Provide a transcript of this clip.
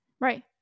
Right